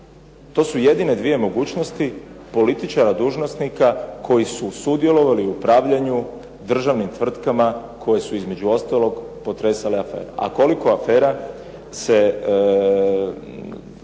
To su jedine dvije mogućnosti političara dužnosnika koji su sudjelovali u upravljanju državnim tvrtkama koje su između ostalog potresale afere. A koliko afera se